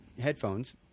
headphones